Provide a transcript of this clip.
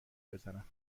بزنم